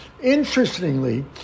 Interestingly